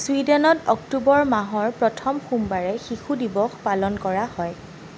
ছুইডেনত October মাহৰ প্ৰথম সোমবাৰে শিশু দিৱস পালন কৰা হয়